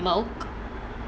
milk